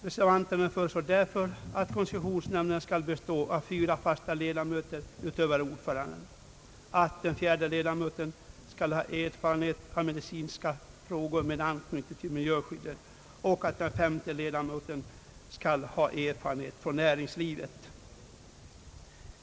Reservanterna föreslår därför att koncessionsnämnden skall bestå av fyra fasta ledamöter utöver ordföranden, att den fjärde ledamoten skall ha erfarenhet av medicinska frågor med anknytning till miljöskydd och att den femte ledamoten skall ha erfarenhet från näringslivet.